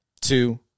two